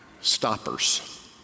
stoppers